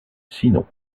sinon